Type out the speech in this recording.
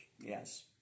yes